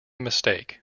mistake